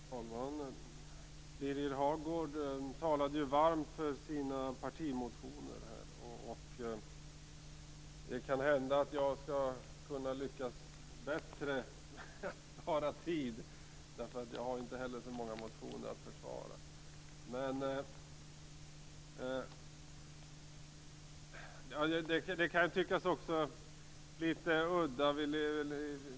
Fru talman! Birger Hagård talade varmt för sina partimotioner. Det kan hända att jag lyckas bättre med att spara tid, eftersom jag inte har så många motioner att försvara. Det här kan tyckas vara litet udda.